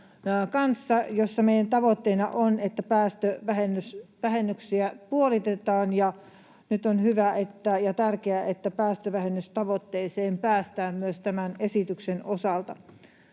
tavoitteenamme on, että päästöjä puolitetaan, ja nyt on tärkeää, että päästövähennystavoitteeseen päästään myös tämän esityksen osalta.